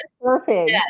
Perfect